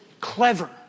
clever